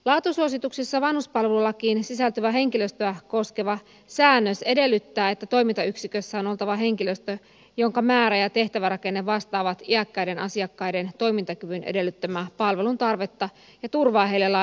laatusuosituksissa vanhuspalvelulakiin sisältyvä henkilöstöä koskeva säännös edellyttää että toimintayksikössä on oltava henkilöstö jonka määrä ja tehtävärakenne vastaavat iäkkäiden asiakkaiden toimintakyvyn edellyttämää palvelun tarvetta ja turvaavat heille laadukkaat palvelut